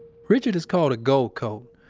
richard is called a gold coat,